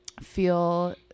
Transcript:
feel